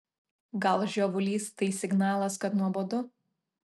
gal žiovulys tai signalas kad nuobodu